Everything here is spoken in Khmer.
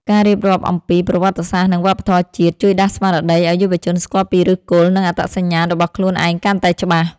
ការរៀបរាប់អំពី ប្រវត្តិសាស្ត្រ និងវប្បធម៌ជាតិ ជួយដាស់ស្មារតីឱ្យយុវជនស្គាល់ពីឫសគល់ និងអត្តសញ្ញាណរបស់ខ្លួនឯងកាន់តែច្បាស់។